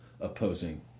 opposing